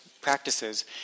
practices